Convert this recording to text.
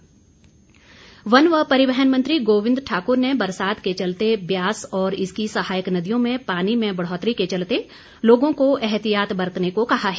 गोविंद ठाकुर वन व परिवहन मंत्री गोविंद ठाकुर ने बरसात के चलते ब्यास और इसकी सहायक नदियों में पानी में बढ़ौतरी के चलते लोगों को एहतियात बरतने को कहा है